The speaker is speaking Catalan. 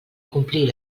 complir